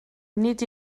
nid